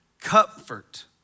comfort